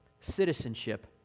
citizenship